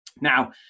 Now